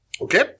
okay